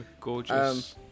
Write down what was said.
Gorgeous